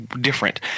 different